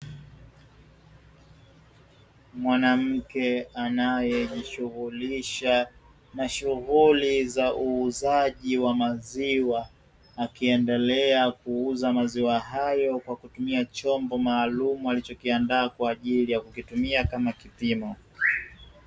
Mwanamke anayejishughulisha na shughuli za uuzaji wa maziwa, akiendelea kuuza maziwa hayo kwa kutumia chombo maalumu alichokiandaa kwaajili ya kutumia kama kipimo.